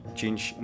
change